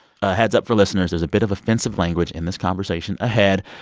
ah heads up for listeners there's a bit of offensive language in this conversation ahead.